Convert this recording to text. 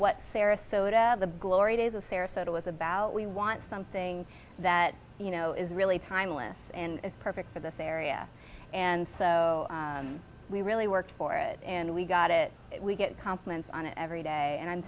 what sarasota of the glory days of sarasota was about we want something that you know is really timeless and is perfect for this area and so we really work for it and we got it we get compliments on it every day and i'm